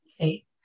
okay